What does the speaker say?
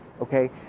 Okay